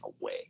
away